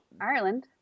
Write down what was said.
Ireland